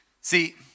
See